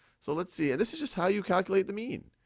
so let's see, and this is just how you calculate the mean.